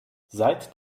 seit